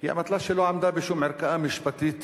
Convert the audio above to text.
היא אמתלה שלא עמדה בשום ערכאה משפטית,